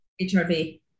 HRV